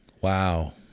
wow